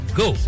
go